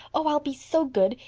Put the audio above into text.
oh, i'll be so good.